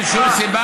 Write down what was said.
תם לו הזמן.